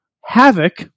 Havoc